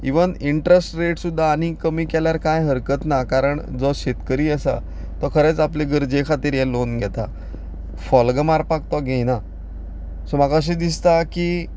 even interest rate सुद्दां आनी कमी केल्यार कांय हरकत ना कारण जो शेतकरी आसा तो खरेंच आपले गरजे खातीर हे लोन घेता फोल्गां मारपाक तो घेयना सो म्हाका अशें दिसता की